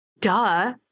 duh